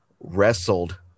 wrestled